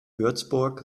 würzburg